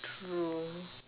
true